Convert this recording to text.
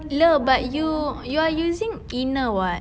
lol but you you are using inner [what]